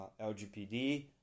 LGPD